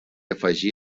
afegí